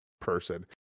person